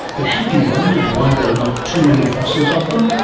but have you wondered why there are not too many fossils of them,